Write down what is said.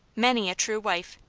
many a true wife,